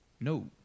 No